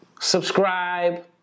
subscribe